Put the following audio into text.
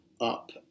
up